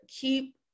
keep